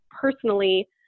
personally